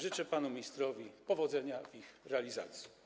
Życzę panu ministrowi powodzenia w ich realizacji.